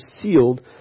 sealed